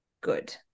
good